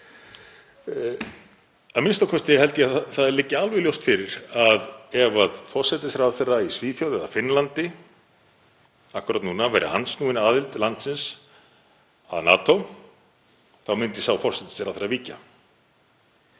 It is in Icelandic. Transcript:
Að minnsta kosti held ég að það liggi alveg ljóst fyrir að ef forsætisráðherra í Svíþjóð eða Finnlandi akkúrat núna væri andsnúinn aðild landsins að NATO þá myndi sá forsætisráðherra víkja